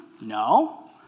No